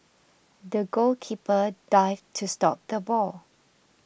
the goalkeeper dived to stop the ball